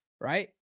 right